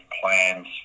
plans